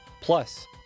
plus